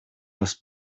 вас